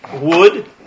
wood